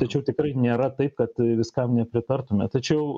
tačiau tikrai nėra taip kad viskam nepritartume tačiau